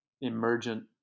emergent